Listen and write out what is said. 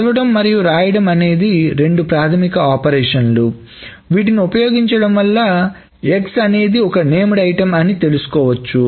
చదవడం మరియు రాయడం అనేవి రెండు ప్రాథమిక ఆపరేషన్లు వీటిని ఉపయోగించడం వల్ల X అనేది ఒక నేమ్ డైట్టమ్ అని తెలుసుకోవచ్చు